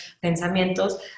pensamientos